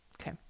Okay